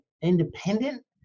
independent